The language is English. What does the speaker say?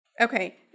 Okay